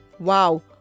Wow